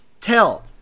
tell